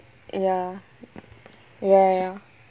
ya ya ya ya